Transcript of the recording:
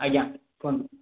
ଆଜ୍ଞା କୁହନ୍ତୁ